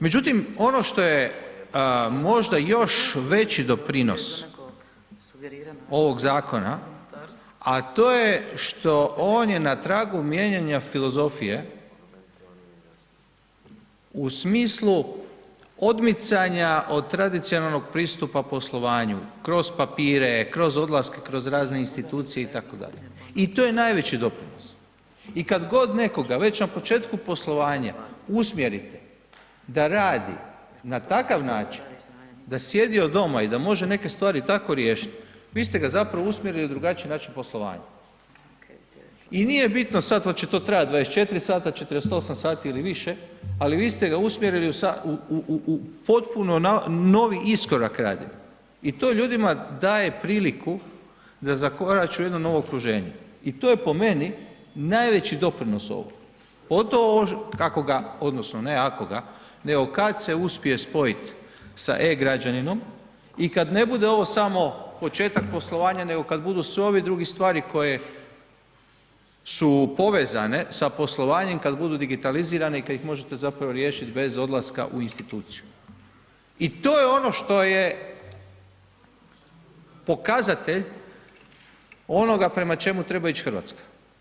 Međutim, ono što je možda još veći doprinos ovog zakona, a to je što on je na tragu mijenjanja filozofije u smislu odmicanja od tradicionalog pristupa poslovanju, kroz papire, kroz odlaske, kroz razne institucije itd. i to je najveći doprinos i kad god nekoga već na početku poslovanja usmjerite da radi na takav način, da sjedi od doma i da može neke stvari tako riješit, vi ste ga zapravo usmjerili na drugačiji način poslovanja i nije bitno sad hoće to trajati 24 sata, 48 sati ili više, ali vi ste ga usmjerili u potpuno novi iskorak rada i to ljudima daje priliku da zakorače u jedno novo okruženje i to je po meni najveći doprinos ovom, pogotovo ako ga odnosno ne ako ga, nego kad se uspije spojit sa e-građaninom i kad ne bude ovo samo početak poslovanja, nego kad budu sve ove druge stvari koje su povezane sa poslovanjem, kad budu digitalizirane i kad ih možete zapravo riješit bez odlaska u instituciju i to je ono što je pokazatelj onoga prema čemu treba ić RH.